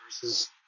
versus